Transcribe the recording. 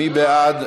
מי בעד?